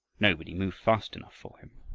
nobody moved fast enough for him.